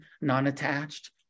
non-attached